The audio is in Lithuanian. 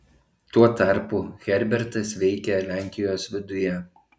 tuo tarpu herbertas veikė lenkijos viduje